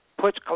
puts